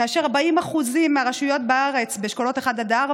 כאשר 40% מהרשויות בארץ באשכולות 1 4,